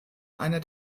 einer